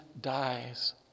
dies